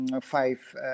five